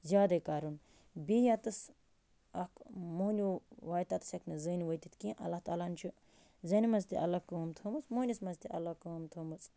زیادٕے کَرُن بیٚیہِ ییٚتٕس اَکھ مہٕنِیو واتہِ تٔتِس ہٮ۪کہِ نہٕ زٔنۍ وٲتِتھ کیٚنہہ اللہ تعالہَن چھُ زَنٛنہِ مںٛز تہِ الگ کٲم تھٲومٕژ مہٕنِوِس منٛز تہِ الگ کٲم تھٲومٕژ